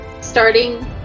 starting